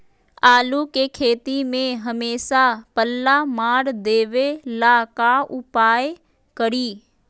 आलू के खेती में हमेसा पल्ला मार देवे ला का उपाय करी?